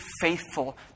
faithful